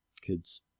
kids